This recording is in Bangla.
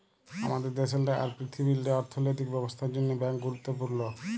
আমাদের দ্যাশেল্লে আর পীরথিবীল্লে অথ্থলৈতিক ব্যবস্থার জ্যনহে ব্যাংক গুরুত্তপুর্ল